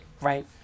right